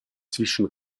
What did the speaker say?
zwischen